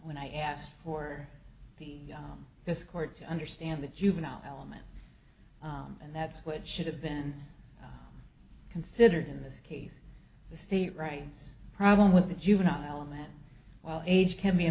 when i asked for this court to understand the juvenile element and that's what it should have been considered in this case the state rights problem with the juvenile and that well age can be a